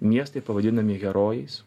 miestai pavadinami herojais